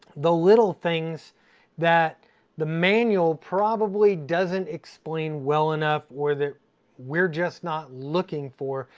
the little things that the manual probably doesn't explain well enough, or that we're just not looking for,